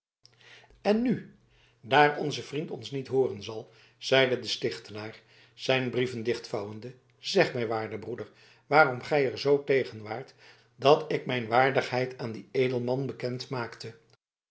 en nu daar onze vriend ons niet hooren kan zeide de stichtenaar zijn brieven dichtvouwende zeg mij waarde broeder waarom gij er zoo tegen waart dat ik mijn waardigheid aan dien edelman bekend maakte